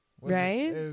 right